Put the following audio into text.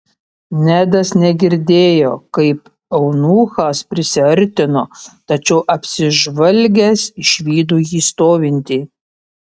nedas negirdėjo kaip eunuchas prisiartino tačiau apsižvalgęs išvydo jį stovintį